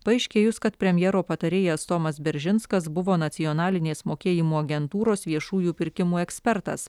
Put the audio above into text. paaiškėjus kad premjero patarėjas tomas beržinskas buvo nacionalinės mokėjimo agentūros viešųjų pirkimų ekspertas